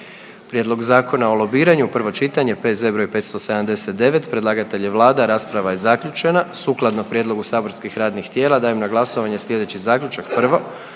(regionalnoj) samoupravi, prvo čitanje, P.Z. br. 570, predlagatelj je Vlada, rasprava je zaključena. Sukladno prijedlogu saborskih radnih tijela dajem na glasovanje sljedeći zaključak: 1.